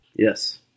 Yes